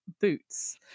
boots